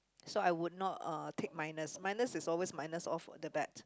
so I would not uh take minus minus is always minus off the bat